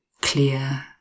clear